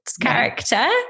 character